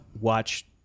watch